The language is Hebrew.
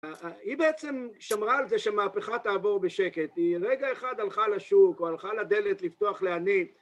היא בעצם שמרה על זה שהמהפכה תעבור בשקט, היא רגע אחד הלכה לשוק או הלכה לדלת לפתוח לעני.